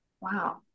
Wow